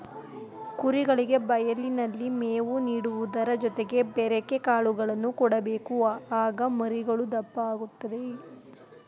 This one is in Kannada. ಕುರಿಗಳಿಗೆ ಬಯಲಿನಲ್ಲಿ ಮೇವು ನೀಡುವುದರ ಜೊತೆಗೆ ಬೆರೆಕೆ ಕಾಳುಗಳನ್ನು ಕೊಡಬೇಕು ಆಗ ಮರಿಗಳು ದಪ್ಪ ಆಗುತ್ತದೆ